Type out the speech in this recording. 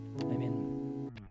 Amen